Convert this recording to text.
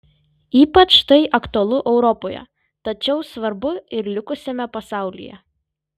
ypač tai aktualu europoje tačiau svarbu ir likusiame pasaulyje